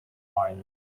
wind